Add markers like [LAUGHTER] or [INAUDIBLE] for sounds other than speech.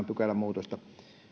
[UNINTELLIGIBLE] pykälämuutosta